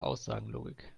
aussagenlogik